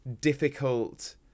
difficult